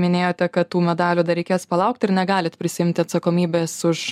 minėjote kad tų medalių dar reikės palaukt ir negalit prisiimti atsakomybės už